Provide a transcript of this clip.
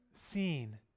seen